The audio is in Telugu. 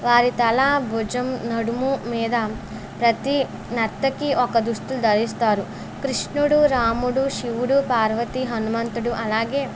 వారి తల భుజం నడుము మీద ప్రతి నర్తకీ ఒక దుస్తులు ధరిస్తారు కృష్ణుడు రాముడు శివుడు పార్వతి హనుమంతుడు అలాగే